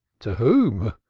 to whom?